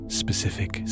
specific